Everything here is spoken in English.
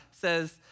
says